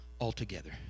altogether